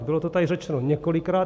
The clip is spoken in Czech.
Bylo to tady řečeno několikrát.